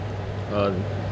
uh